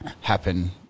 happen